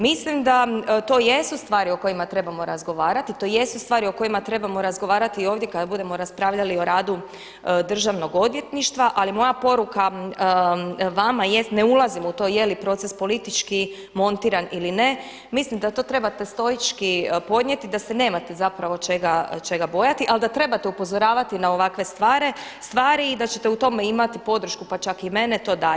Mislim da to jesu stvari o kojima trebamo razgovarati, to jesu stvari o kojima trebamo razgovarati i ovdje kad budemo raspravljali o radu Državnog odvjetništva, ali moja poruka vama jest, ne ulazim u to je li proces politički montiran ili ne, mislim da to trebate stoički podnijeti, da se nemate zapravo čega bojati, ali da trebate upozoravati na ovakve stvari i da ćete u tome imati podršku pa čak i mene, to da.